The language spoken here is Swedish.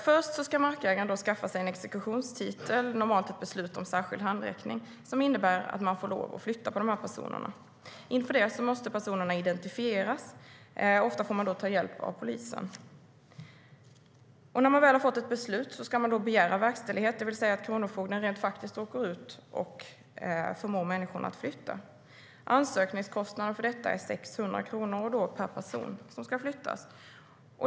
Först ska markägaren skaffa sig en exekutionstitel, normalt ett beslut om särskild handräckning, som innebär att man får lov att flytta på personerna. Inför det måste personerna som ska omfattas av beslutet också identifieras, och ofta får man då ta hjälp av polisen. När man väl har fått ett beslut ska man begära verkställighet, det vill säga att kronofogden rent faktiskt åker ut och förmår människorna att flytta. Ansökningskostnaden för detta är 600 kronor per person som ska flyttas.